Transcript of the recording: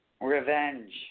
Revenge